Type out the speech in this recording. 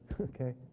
okay